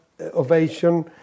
ovation